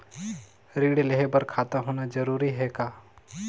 ऋण लेहे बर खाता होना जरूरी ह का?